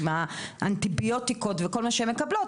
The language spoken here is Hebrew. עם האנטיביוטיקות וכל מה שהן מקבלות,